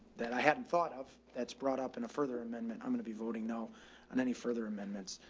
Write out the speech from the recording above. that i hadn't thought of that's brought up in a further amendment, i'm going to be voting no on any further amendments.